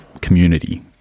community